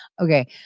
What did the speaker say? Okay